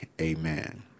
amen